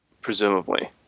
Presumably